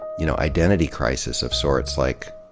you know, identity crisis of sorts. like,